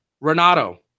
Renato